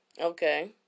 Okay